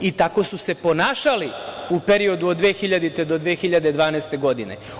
I tako su se ponašali u periodu od 2000. godine do 2012. godine.